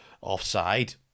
offside